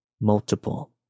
Multiple